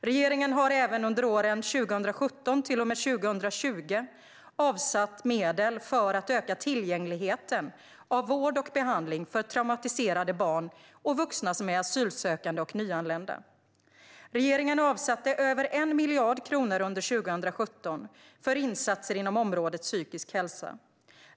Regeringen har även under åren 2017-2020 avsatt medel för att öka tillgängligheten till vård och behandling för traumatiserade barn och vuxna som är asylsökande och nyanlända. Regeringen avsatte över 1 miljard kronor under 2017 för insatser inom området psykisk hälsa.